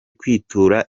kwitura